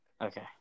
Okay